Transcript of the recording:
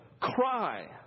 cry